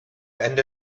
ende